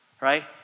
Right